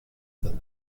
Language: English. than